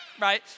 right